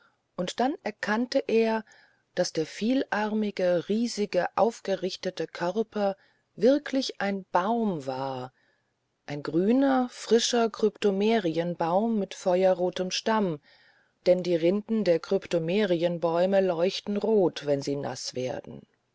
und dann erkannte er daß der vielarmige riesige aufgerichtete körper wirklich ein baum war ein grüner frischer kryptomerienbaum mit feuerrotem stamm denn die rinden der kryptomerienbäume leuchten rot wenn sie naß werden